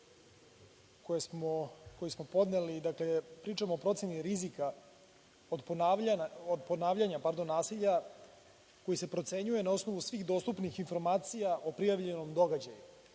koji smo podneli pričamo o proceni rizika od ponavljanja nasilja koji se procenjuje na osnovu svih dostupnih informacija o prijavljenom događaju,